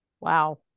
Wow